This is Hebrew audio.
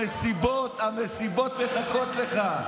המסיבות, המסיבות מחכות לך.